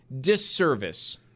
disservice